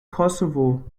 kosovo